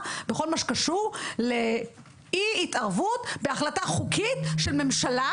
בכל מה שקשור לאי התערבות בהחלטה חוקית של ממשלה,